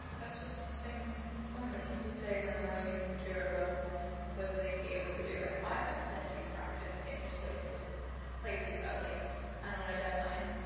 that's just things something that people say when they're like insecure about whether they'd be able to do it i've had plenty of practice getting to places places early and on a deadline.